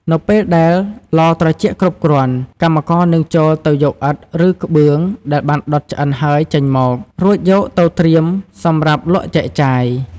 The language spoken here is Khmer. នៅពេលដែលឡត្រជាក់គ្រប់គ្រាន់ កម្មករនឹងចូលទៅយកឥដ្ឋ ឬក្បឿងដែលបានដុតឆ្អិនហើយចេញមក រួចយកទៅត្រៀមសម្រាប់លក់ចែកចាយ។